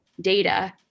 data